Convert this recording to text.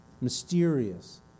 mysterious